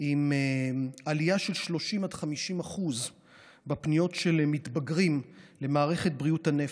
על עלייה של 30% 50% בפניות של מתבגרים למערכת בריאות הנפש,